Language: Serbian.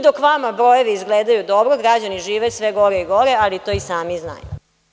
Dok vama brojevi izgledaju dobro, građani žive sve gore i gore, ali to i sami znaju.